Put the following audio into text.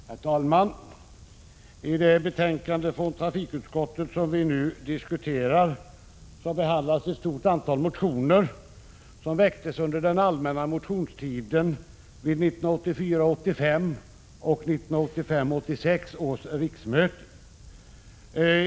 Herr talman! I det betänkande från trafikutskottet som vi nu diskuterar behandlas ett stort antal motioner, som väcktes under den allmänna motionstiden vid 1984 86 års riksmöten.